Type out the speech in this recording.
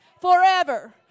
forever